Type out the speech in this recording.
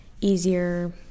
easier